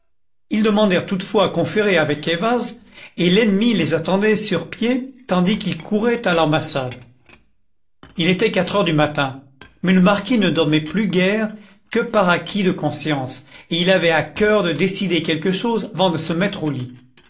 ils demandèrent toutefois à conférer avec ayvaz et l'ennemi les attendit sur pied tandis qu'ils couraient à l'ambassade il était quatre heures du matin mais le marquis ne dormait plus guère que par acquit de conscience et il avait à cœur de décider quelque chose avant de se mettre au lit